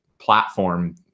platform